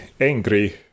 angry